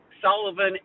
Sullivan